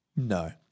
No